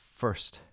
first